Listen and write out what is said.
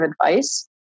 advice